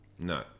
No